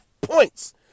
points